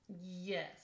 Yes